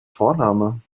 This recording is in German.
vorname